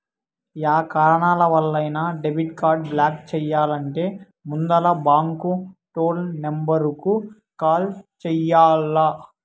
yeah కారణాలవల్లైనా debit card block చెయ్యాలంటే ముందల బాంకు టోల్ నెంబరుకు కాల్ చెయ్యాల్ల